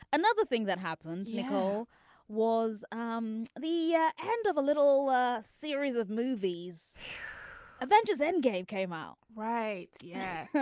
another thing that happened nicole was um the yeah end of a little series of movies avengers end game came out right. yeah.